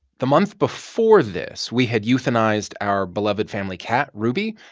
the month before this, we had euthanized our beloved family cat, ruby,